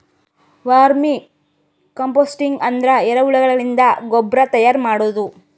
vermi composting ಅಂದ್ರ ಎರಿಹುಳಗಳಿಂದ ಗೊಬ್ರಾ ತೈಯಾರ್ ಮಾಡದು